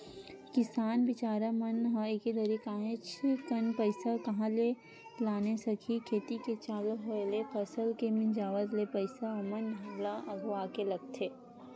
किसान बिचारा मन ह एके दरी काहेच कन पइसा कहाँ ले लाने सकही खेती के चालू होय ले फसल के मिंजावत ले पइसा ओमन ल अघुवाके लगथे